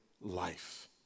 life